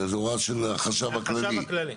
זה הוראה של החשב הכללי.